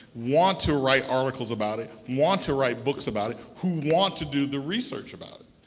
want to write articles about it, want to write books about it, who want to do the research about it.